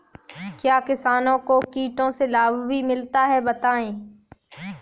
क्या किसानों को कीटों से लाभ भी मिलता है बताएँ?